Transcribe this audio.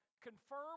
confirm